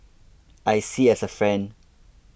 I see as a friend